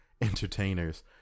entertainers